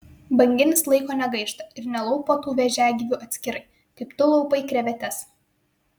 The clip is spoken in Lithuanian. banginis laiko negaišta ir nelaupo tų vėžiagyvių atskirai kaip tu laupai krevetes